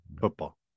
football